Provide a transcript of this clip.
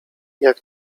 jak